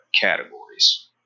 categories